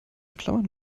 klammern